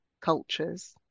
cultures